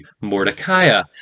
Mordecai